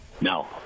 No